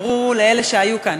אמרו לאלה שהיו כאן,